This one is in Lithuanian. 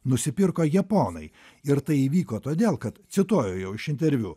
nusipirko japonai ir tai įvyko todėl kad cituoju jau iš interviu